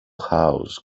house